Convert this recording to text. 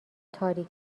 تاریک